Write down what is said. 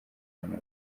bahuje